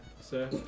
sir